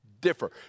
differ